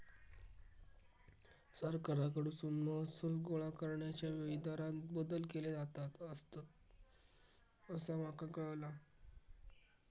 सरकारकडसून महसूल गोळा करण्याच्या वेळी दरांत बदल केले जात असतंत, असा माका कळाला